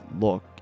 look